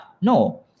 No